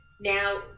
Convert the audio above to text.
now